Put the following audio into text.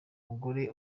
mugore